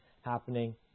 happening